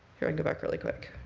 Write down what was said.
here, i can go back really quick.